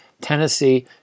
Tennessee